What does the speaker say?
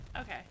Okay